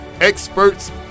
experts